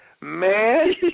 Man